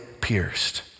pierced